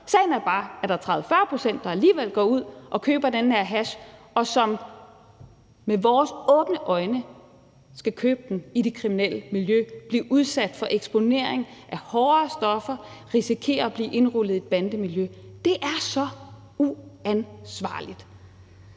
sagen er bare, at der er 30-40 pct., der alligevel går ud og køber den her hash og som med vores åbne øjne skal købe den i det kriminelle miljø, blive udsat for eksponering af hårdere stoffer, risikere at blive indrulleret i et bandemiljø. Det er så uansvarligt!